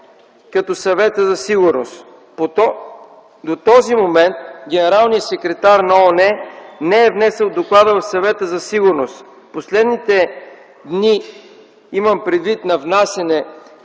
като Съвета за сигурност. До този момент генералният секретар на ООН не е внесъл доклада в Съвета за сигурност. В последните дни, имам предвид на внасяне